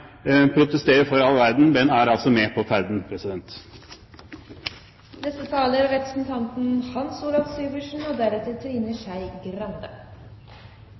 for all verden, men er altså med på ferden.